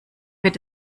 wird